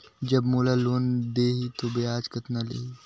जब मोला लोन देही तो ब्याज कतना लेही?